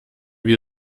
wir